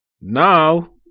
now